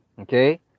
Okay